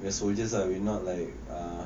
where soldiers are we not like ah